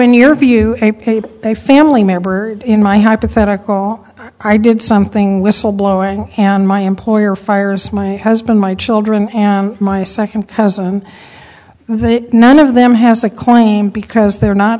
in your view a family member in my hypothetical i did something whistle blowing and my employer fires my husband my children and my second cousin none of them has a claim because